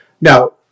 Now